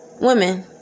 women